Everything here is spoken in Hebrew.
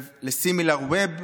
ל-Similar Web,